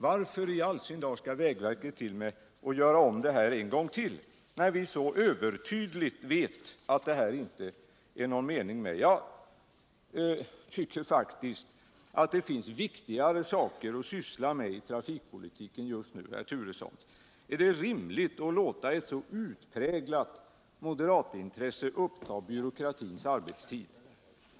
Varför i all sin dar skall vägverket göra om sin undersökning en gång till. när vi så övertydligt vet att det inte är någon mening med avgiftsbeläggning? Jag tycker faktiskt att det finns viktigare saker att syssla med i trafikpolitiken just nu, herr Turesson. Är det rimligt att låta ett så utpräglat moderatintresse uppta byråkratins arbetstid”?